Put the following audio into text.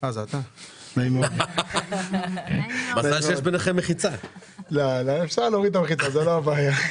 זה לא מעשה מגונה, כמובן כל עוד זה נעשה ביושר.